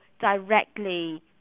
directly